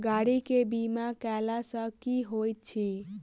गाड़ी केँ बीमा कैला सँ की होइत अछि?